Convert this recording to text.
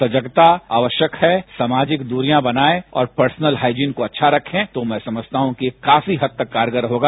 सतर्कता आवश्यक है सामाजिक दूरियां बनाये और पर्सनल हाइजीन को अच्छा रखें तो मैं समझता हूँ कि काफी हद तक कारगर होगा